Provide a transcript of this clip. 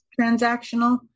transactional